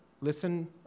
Listen